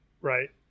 right